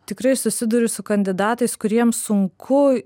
tikrai susiduriu su kandidatais kuriems sunku